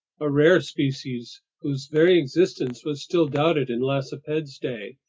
a rare species whose very existence was still doubted in lacepcde's day,